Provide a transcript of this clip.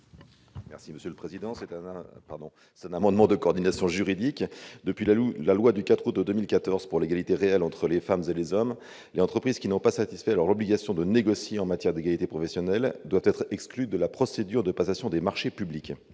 n° 647 Il s'agit d'un amendement de coordination juridique. Depuis la loi du 4 août 2014 pour l'égalité réelle entre les femmes et les hommes, les entreprises qui n'auraient pas satisfait à leur obligation de négocier en matière d'égalité professionnelle doivent être exclues de la procédure de passation des marchés publics.